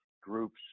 groups